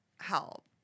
help